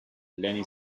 lenny